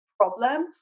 problem